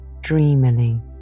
dreamily